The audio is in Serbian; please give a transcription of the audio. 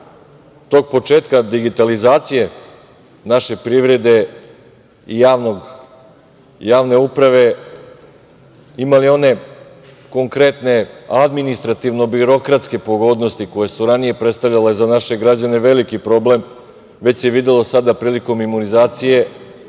tog početka digitalizacije naše privrede i javne uprave imali one konkretne administrativno-birokratske pogodnosti koje su ranije predstavljale za naše građane veliki problem, već se videlo i sada prilikom imunizacije